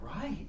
right